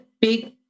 big